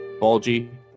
bulgy